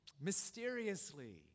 Mysteriously